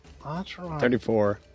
34